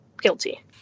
guilty